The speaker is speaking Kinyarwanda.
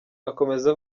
akomeza